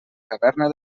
caverna